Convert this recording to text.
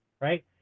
Right